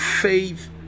Faith